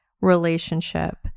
relationship